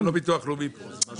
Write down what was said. זה לא ביטוח לאומי כאן.